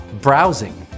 browsing